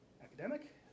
academic